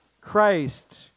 Christ